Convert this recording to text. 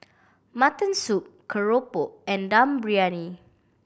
mutton soup keropok and Dum Briyani